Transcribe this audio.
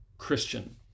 Christian